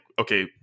okay